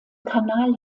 kanal